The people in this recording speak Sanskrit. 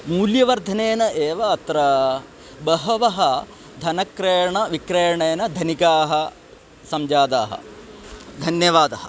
मूल्यवर्धनेन एव अत्र बहवः धनक्रयणविक्रयणेन धनिकाः सञ्जाताः धन्यवादः